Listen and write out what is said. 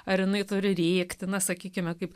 ar jinai turi rėkti na sakykime kaip